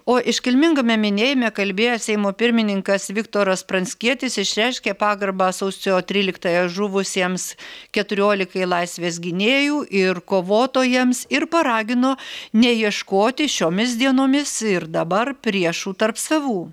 o iškilmingame minėjime kalbėjęs seimo pirmininkas viktoras pranckietis išreiškė pagarbą sausio tryliktąją žuvusiems keturiolikai laisvės gynėjų ir kovotojams ir paragino neieškoti šiomis dienomis ir dabar priešų tarp savų